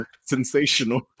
sensational